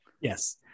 Yes